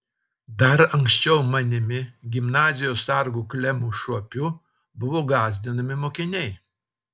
dar anksčiau manimi gimnazijos sargu klemu šuopiu buvo gąsdinami mokiniai